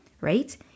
right